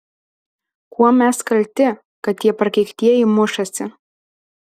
kuom mes kalti kad tie prakeiktieji mušasi